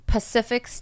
Pacific